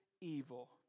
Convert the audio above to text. evil